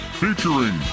featuring